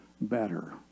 better